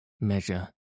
measure